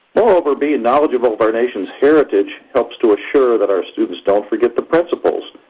moreover, being knowledgeable of our nation' s heritage helps to assure that our students don't forget the principles